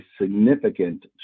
significant